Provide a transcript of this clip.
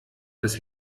das